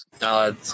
No